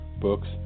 books